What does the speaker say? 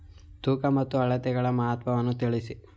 ತೂಕ ಮತ್ತು ಅಳತೆಗಳ ಮಹತ್ವವನ್ನು ತಿಳಿಸಿ?